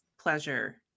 pleasure